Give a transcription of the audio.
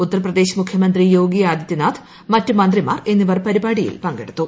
ഉത്തർ പ്രദേശ്കുമുഖൃമന്ത്രി യോഗി ആദിതൃനാഥ് മറ്റ് മന്ത്രിമാർ എന്നിവർ പരിപാട്ടിയിൽ പങ്കെടുത്തു